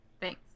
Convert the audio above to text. Thanks